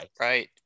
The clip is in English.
right